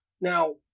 Now